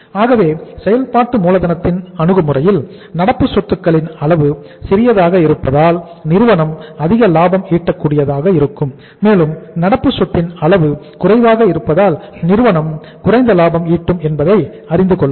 ஆகவே செயல்பாட்டு மூலதனத்தின் அணுகுமுறைகளில் நடப்பு சொத்துக்களின் அளவு சிறியதாக இருப்பதால் நிறுவனம் அதிக லாபம் ஈட்ட கூடியதாக இருக்கும் மேலும் நடப்பு சொத்தின் அளவு அதிகமாக இருப்பதால் நிறுவனம் குறைந்த லாபம் ஈட்டும் என்பதை அறிந்து கொள்ளலாம்